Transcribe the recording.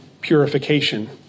purification